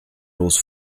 rules